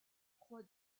proie